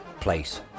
place